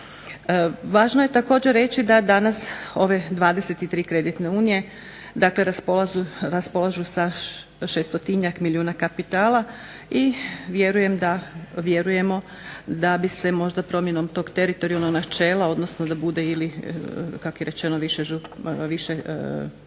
Važno je također reći da danas ove 23 kreditne unije dakle raspolažu sa 600-njak milijuna kapitala i vjerujemo da bi se možda promjenom tog teritorijalnog načela, odnosno da bude ili kak je